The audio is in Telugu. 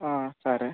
సరే